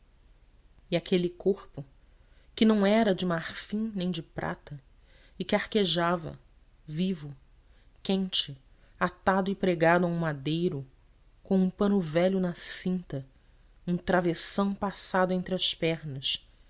e aquele corpo que não era de marfim nem de prata e que arquejava vivo quente atado e pregado a um madeiro com um pano velho na cinta um travessão passado entre as pernas